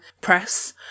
press